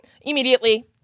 Immediately